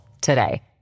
today